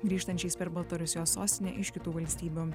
grįžtančiais per baltarusijos sostinę iš kitų valstybių